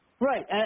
Right